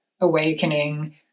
awakening